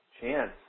chance